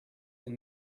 can